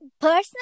Personally